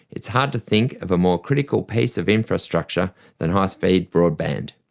it's hard to think of a more critical piece of infrastructure than high-speed broadband.